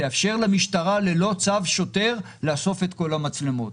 תאפשר למשטרה ללא צו שוטר לאסוף את כל המצלמות.